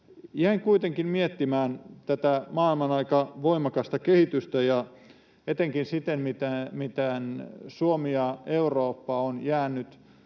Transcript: jäin kuitenkin miettimään tätä maailman aika voimasta kehitystä ja etenkin sitä, miten Suomi ja Eurooppa ovat jääneet